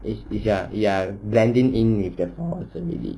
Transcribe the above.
it's it's ya ya blending in with the forest already